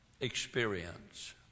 experience